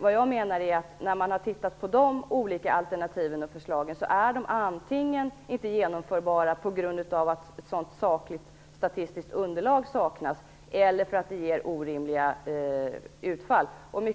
Vad jag menar är att när man har tittat på de olika alternativen och förslagen är de antingen inte genomföra på grund av att sakligt statistiskt underlag saknas eller för att de ger orimliga utfall.